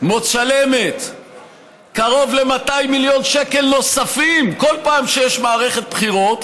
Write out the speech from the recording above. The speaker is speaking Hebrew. משלמת קרוב ל-200 מיליון שקלים נוספים כל פעם שיש מערכת בחירות,